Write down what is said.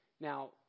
now